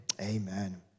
Amen